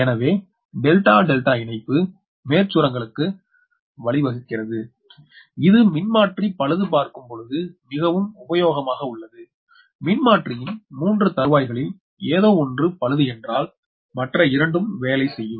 எனவே delta delta இணைப்பு மேற்சுரங்களுக்கு வழிவகுக்கிறது இது மின்மாற்றி பழுது பார்க்கும் பொழுது மிகவும் உபயோகமாக உள்ளது மின்மாற்றியின் 3 தருவாய்களில் எதோ ஒன்று பழுது என்றல் மற்ற 2 வேலை செய்யும்